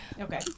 Okay